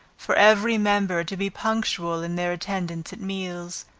for every member to be punctual in their attendance at meals,